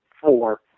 four